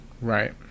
Right